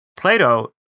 Plato